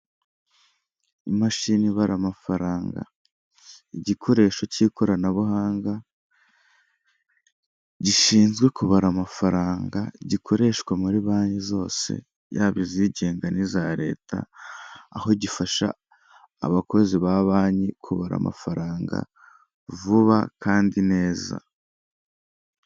Imashini ibara amafaranga, igikoresho cy'ikoranabuhanga gishinzwe kubara amafaranga gikoreshwa muri banki zose yaba izigenga n'iza reta aho gifasha abakozi ba banki kubara amafaranga vuba kandi neza.